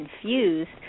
confused